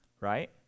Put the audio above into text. right